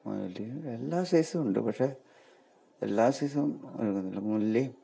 മല്ലിയും എല്ലാ സൈസ്സും ഉണ്ട് പക്ഷെ എല്ലാ സൈസ്സും വളർത്തുന്നുണ്ട് മുല്ലയും